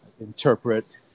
interpret